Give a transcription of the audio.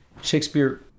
Shakespeare